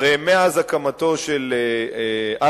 הרי מאז הקמתו של אש"ף